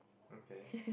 okay